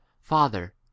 Father